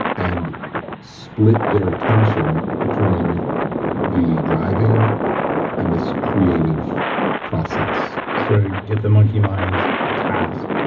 and split their attention between the driving and this creative process so to get the monkey mind a task.